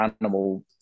animal